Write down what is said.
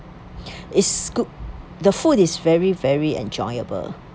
it's good the food is very very enjoyable